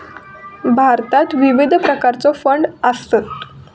भारतात विविध प्रकारचो फंड आसत